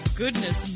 goodness